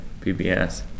PBS